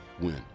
win